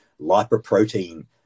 lipoprotein